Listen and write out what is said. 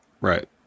Right